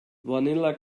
vanilla